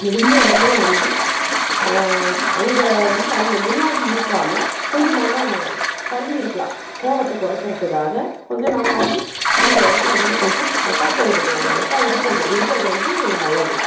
முடிஞ்ச வரைலியும் வந்து அங்கே வந்து அவங்க முன்னாடி இருக்காமல் கொஞ்சம் நாம தள்ளி இருக்கலாம் கோவத்தை குறைக்கறதுக்காக கொஞ்சம் நாம வந்து அந்த இடத்துலந்து கொஞ்சம் எட்ட போயிடுறது எட்ட இருப்பறது இருக்கிறது வந்து நல்லது